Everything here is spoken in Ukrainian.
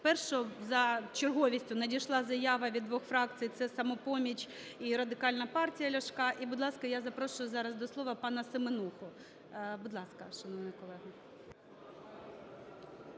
Перша за черговістю надійшла заява від двох фракцій - це "Самопоміч" і Радикальна партія Ляшка. І, будь ласка, я запрошую зараз до слова пана Семенуху. Будь ласка, шановний колега.